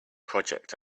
project